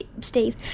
Steve